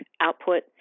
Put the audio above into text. output